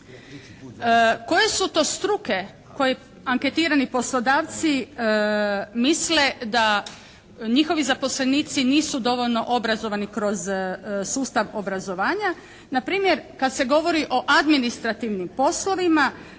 Koje su to struke koje anketirani poslodavci misle da njihovi zaposlenici nisu dovoljno obrazovani kroz sustav obrazovanja? Na primjer kad se govori o administrativnim poslovima